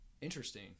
Interesting